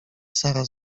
sara